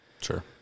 Sure